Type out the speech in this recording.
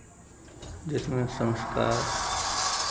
जिसमें संस्कार